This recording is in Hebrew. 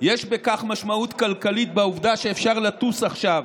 יש בכך משמעות כלכלית, בעובדה שאפשר לטוס עכשיו